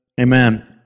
Amen